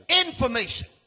Information